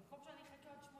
חברת הכנסת גולן.